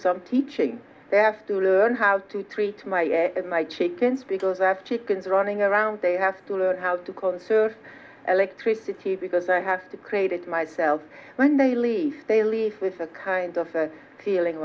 some teaching they have to learn how to treat my and my chickens because as chickens running around they have to learn how to conserve electricity because i have to create it myself when they leave they leave with a kind of a feeling